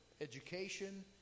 education